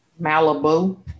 Malibu